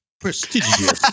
Prestigious